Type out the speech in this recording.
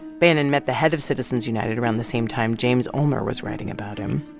bannon met the head of citizens united around the same time james ulmer was writing about him.